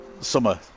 summer